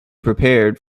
prepared